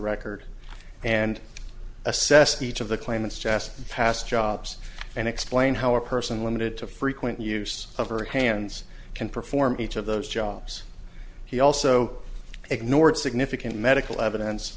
record and assess each of the claimants just passed jobs and explained how a person limited to frequent use of her hands can perform each of those jobs he also ignored significant medical evidence